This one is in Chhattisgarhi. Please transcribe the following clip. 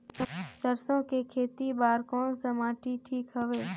सरसो के खेती बार कोन सा माटी ठीक हवे?